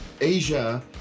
Asia